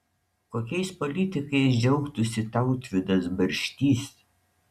kokiais politikais džiaugtųsi tautvydas barštys